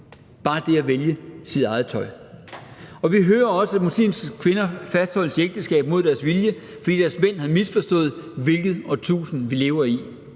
bare det at vælge sit eget tøj. Vi hører også, at muslimske kvinder fastholdes i ægteskab mod deres vilje, fordi deres mænd har misforstået, hvilket årtusind vi lever i.